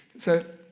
so,